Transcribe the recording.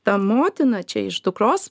ta motina čia iš dukros